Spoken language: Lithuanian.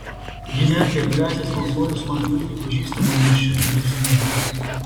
ji netgi atgrasė smalsuolius man puikiai pažįstamu niršiu žvilgsniu